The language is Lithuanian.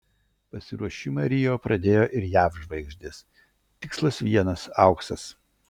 pasiruošimą rio pradėjo ir jav žvaigždės tikslas vienas auksas